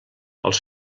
els